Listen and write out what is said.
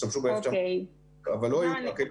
הכלים